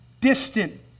distant